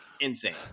insane